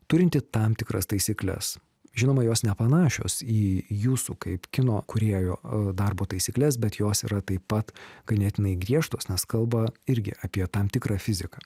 turintį tam tikras taisykles žinoma jos nepanašios į jūsų kaip kino kūrėjo darbo taisykles bet jos yra taip pat ganėtinai griežtos nes kalba irgi apie tam tikrą fiziką